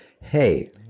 Hey